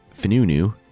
Finunu